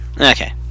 Okay